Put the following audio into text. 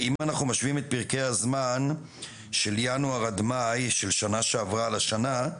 אם אנחנו משווים את פרקי הזמן של ינואר מאי של שנה שעברה לשנה הנוכחית,